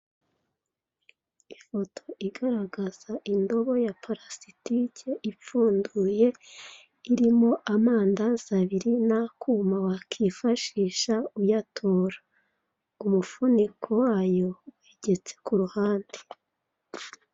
Ifoto igaragaza indomo ya parasitike ifunguye, irimo amandazi abiri, n'akuma wakwifashisha uyatora. Umufuniko wayo, wegetse ku ruhande.